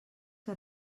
que